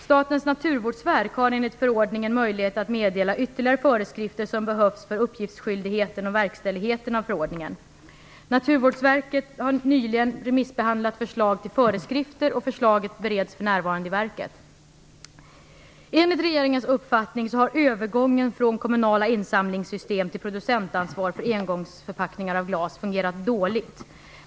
Statens naturvårdsverk har enligt förordningen möjlighet att meddela ytterligare föreskrifter som behövs för uppgiftsskyldigheten och verkställigheten av förordningen. Naturvårdsverket har nyligen remissbehandlat förslag till föreskrifter, och förslaget bereds för närvarande i verket. Enligt regeringens uppfattning har övergången från kommunala insamlingssystem till producentansvar för engångsförpackningar av glas fungerat dåligt.